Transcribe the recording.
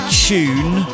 tune